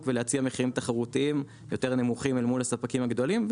ולהציע מחירים תחרותיים יותר נמוכים אל מול הספקים הגדולים,